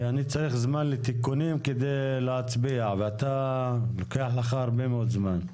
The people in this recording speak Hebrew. אני צריך זמן לתיקונים כדי להצביע ולוקח לך הרבה מאוד זמן,